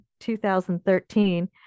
2013